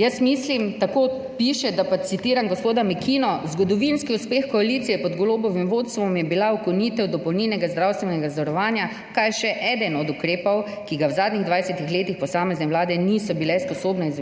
Jaz mislim, tako piše, citiram gospoda Mekino: »Zgodovinski uspeh koalicije pod Golobovim vodstvom je bila ukinitev dopolnilnega zdravstvenega zavarovanja, kar je še eden od ukrepov, ki ga v zadnjih 20 letih posamezne vlade niso bile sposobne